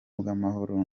bw’amahoro